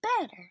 better